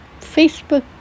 Facebook